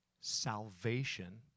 salvation